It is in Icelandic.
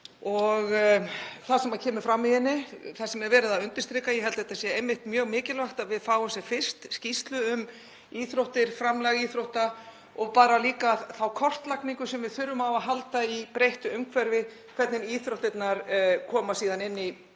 og það sem kemur fram í henni, það sem er verið að undirstrika. Ég held að þetta sé einmitt mjög mikilvægt að við fáum sem fyrst skýrslu um íþróttir, framlag íþrótta og líka þá kortlagningu sem við þurfum á að halda í breyttu umhverfi, hvernig íþróttirnar koma síðan inn í